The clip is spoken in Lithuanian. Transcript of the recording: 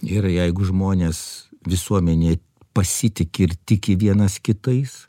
gerai jeigu žmonės visuomenė pasitiki ir tiki vienas kitais